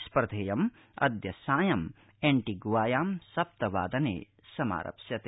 स्पर्धेयम अद्य सायं एण्टीगुआयां सप्तवादने समारप्स्यते